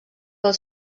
pel